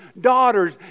daughters